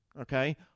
Okay